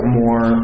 more